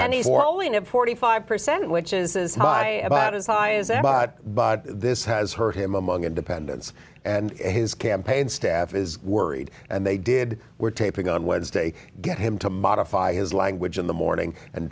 of forty five percent which is as high as high is about but this has hurt him among independents and his campaign staff is worried and they did were taping on wednesday get him to modify his language in the morning and